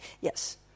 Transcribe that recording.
Yes